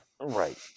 Right